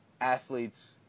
athletes